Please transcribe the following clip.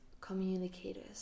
communicators